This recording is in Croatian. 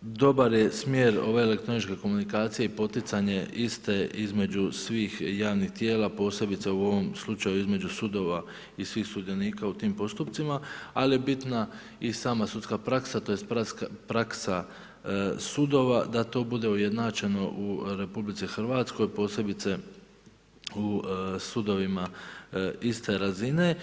dobar je smjer ove elektroničke komunikacije i poticanje iste između svih javnih tijela posebice u ovom slučaju između sudova i svih sudionika u tim postupcima ali je bitna i sama sudska praksa tj. praksa sudova da to bude ujednačeno u RH posebice u sudovima iste razine.